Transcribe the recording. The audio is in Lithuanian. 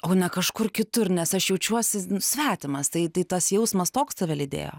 o ne kažkur kitur nes aš jaučiuosi svetimas tai tai tas jausmas toks tave lydėjo